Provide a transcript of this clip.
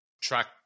track